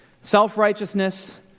Self-righteousness